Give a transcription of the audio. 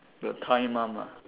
the Thai mum lah